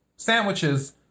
Sandwiches